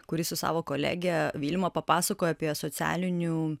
kuris su savo kolege vilmą papasakojo apie socialinių